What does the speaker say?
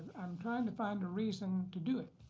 i'm trying to find a reason to do it.